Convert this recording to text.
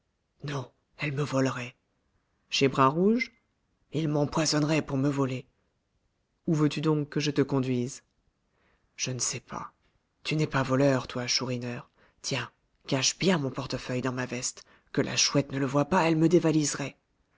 non elle me volerait chez bras rouge il m'empoisonnerait pour me voler où veux-tu donc que je te conduise je ne sais pas tu n'es pas voleur toi chourineur tiens cache bien mon portefeuille dans ma veste que la chouette ne le voie pas elle me dévaliserait